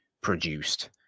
produced